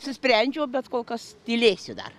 apsisprendžiau bet kol kas tylėsiu dar